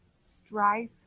strife